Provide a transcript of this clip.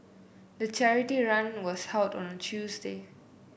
the charity run was held on a Tuesday